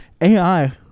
ai